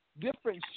different